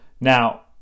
now